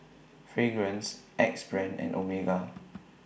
Fragrance Axe Brand and Omega